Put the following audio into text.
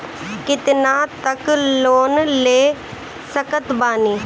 कितना तक लोन ले सकत बानी?